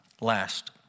Last